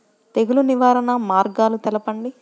తెగులు నివారణ మార్గాలు తెలపండి?